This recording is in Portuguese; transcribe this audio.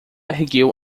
ergueu